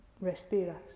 respiras